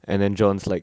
and then john's like